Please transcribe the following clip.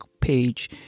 page